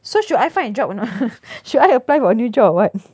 so should I find a job or not should I apply for a new job or what